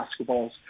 basketballs